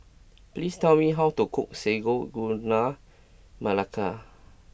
please tell me how to cook Sago Gula Melaka